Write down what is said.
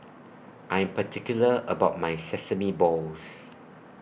I Am particular about My Sesame Balls